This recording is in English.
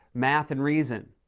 math, and reason.